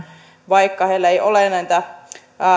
vaikka heillä ei ole